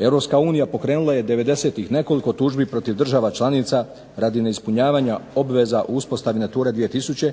Europska unija pokrenula ja '90.-tih nekoliko tužbi protiv država članica radi neispunjavanja obveza u uspostavi Natura 2000